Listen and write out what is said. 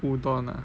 udon ah